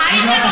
תרבינה,